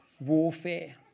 warfare